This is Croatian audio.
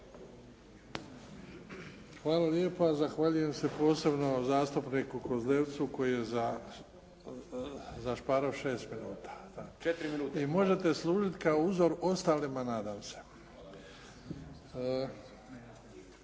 Hvala lijepa. Zahvaljujem se posebno zastupniku Kozlevcu koji je zašparao 6 minuta i možete služiti kao uzor ostalima. Nadam se.